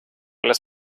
las